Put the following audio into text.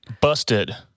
Busted